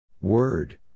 Word